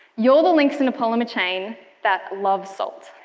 you are the links in the polymer chain that love salt,